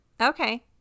okay